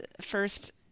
first